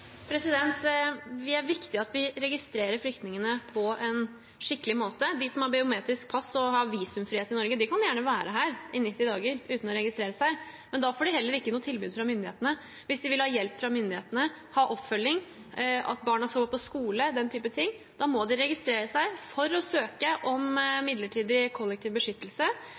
at vi registrerer flyktningene på en skikkelig måte. De som har biometrisk pass og har visumfrihet til Norge, kan gjerne være her i 90 dager uten å registrere seg, men da får de heller ikke noe tilbud fra myndighetene. Hvis de vil ha hjelp fra myndighetene – ha oppfølging, at barna skal gå på skole, den typen ting – må de registrere seg for å søke om midlertidig kollektiv beskyttelse,